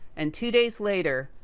and two days later,